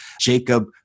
Jacob